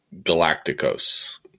Galacticos